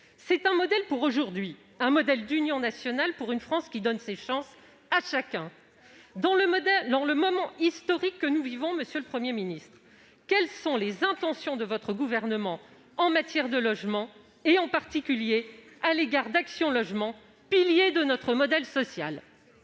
C'est un modèle pour aujourd'hui, un modèle d'union nationale pour une France qui donne ses chances à chacun. Dans le moment historique que nous vivons, monsieur le Premier ministre, quelles sont les intentions de votre gouvernement en matière de logement, en particulier à l'égard du pilier de notre modèle social